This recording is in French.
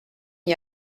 n’y